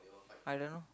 I don't know